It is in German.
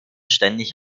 ständig